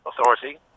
authority